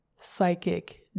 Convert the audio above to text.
Psychic